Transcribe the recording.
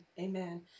Amen